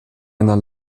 einer